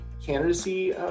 candidacy